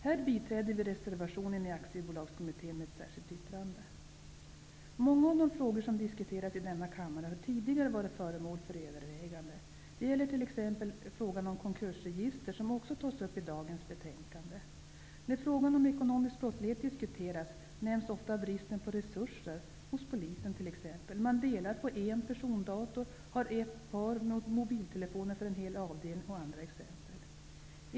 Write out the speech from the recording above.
Här biträder vi reservationen i Många av de frågor som diskuteras i denna kammare har tidigare varit föremål för överväganden. Det gäller t.ex. frågan om konkursregister, som också tas upp i detta betänkande. När frågan om ekonomisk brottslighet diskuteras, nämns ofta bristen på resurser hos polisen. Man delar t.ex. på en persondator och har ett par mobiltelefoner för en hel avdelning.